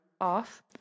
off